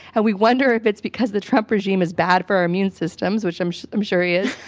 and we wonder if it's because the trump regime is bad for our immune systems, which i'm sure i'm sure he is.